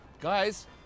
Guys